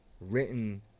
written